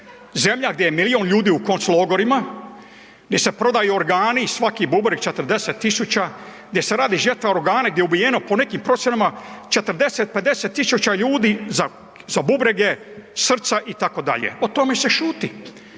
zemlja gdje je milijun ljudi u konclogorima, gdje se prodaju organi, svaki bubreg 40.000, gdje radi žetva organa, gdje je ubijeno po nekim procjenama 40-50 tisuća ljudi za bubrege, srca itd., o tome se šuti.